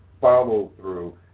follow-through